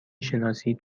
شناسید